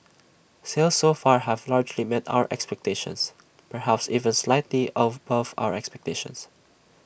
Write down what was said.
sales so far have largely met our expectations perhaps even slightly above our expectations